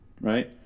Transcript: right